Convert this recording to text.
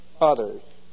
others